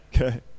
okay